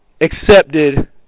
accepted